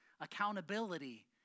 accountability